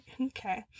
okay